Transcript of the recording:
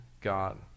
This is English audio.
God